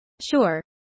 Sure